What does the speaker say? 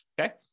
okay